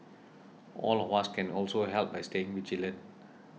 all of us can also help by staying vigilant